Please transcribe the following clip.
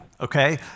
okay